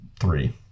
three